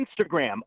Instagram